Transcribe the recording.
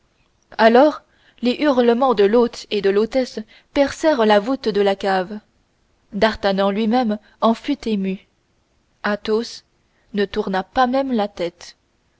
alors les hurlements de l'hôte et de l'hôtesse percèrent la voûte de la cave d'artagnan lui-même en fut ému athos ne tourna pas même la tête